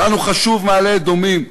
לנו חשובה מעלה-אדומים.